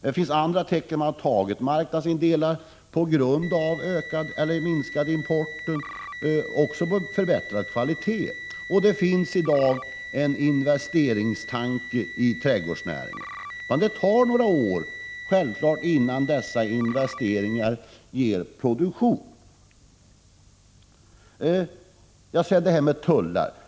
Det finns även andra sådana tecken. Man har tagit marknadsandelar på grund av den minskande importen och på grund av förbättrad kvalitet. Det finns i dag en investeringsberedskap i trädgårdsnäringen, men självfallet tar det några år innan dessa investeringar ger produktion. Sedan till det här med tullar.